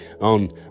on